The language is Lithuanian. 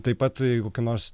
taip pat kokia nors